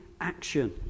action